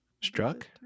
Struck